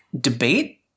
debate